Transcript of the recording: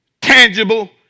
tangible